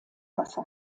wasser